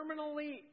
terminally